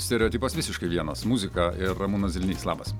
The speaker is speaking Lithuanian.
stereotipas visiškai vienas muzika ir ramūnas zilnys labas